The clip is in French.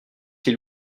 ils